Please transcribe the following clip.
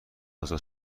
ازاد